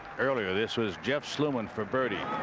earlier, this is jeff sluman for birdie.